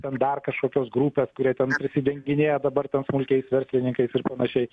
ten dar kažkokios grupės kurie ten prisidenginėja dabar smulkiaisiais verslininkais ir panašiai